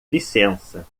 licença